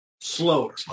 slower